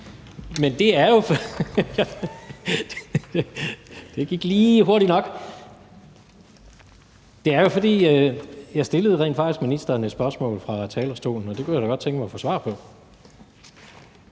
Jens Rohde (KD): Det gik lige hurtigt nok. Jeg stillede jo rent faktisk ministeren et spørgsmål fra talerstolen, og det kunne jeg da godt tænke mig at få svar på.